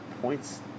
points